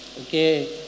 Okay